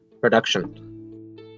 production